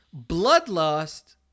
Bloodlust